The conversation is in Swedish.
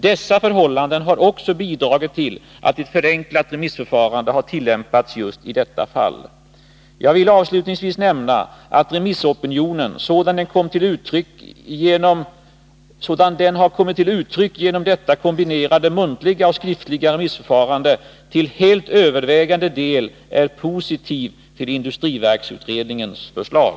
Dessa förhållanden har också bidragit till att ett förenklat remissförfarande har tillämpats just i detta fall. Jag vill avslutningsvis nämna att remissopinionen — sådan den har kommit till uttryck genom detta kombinerade muntliga och skriftliga remissförfarande — till helt övervägande del är positiv till industriverksutredningens förslag.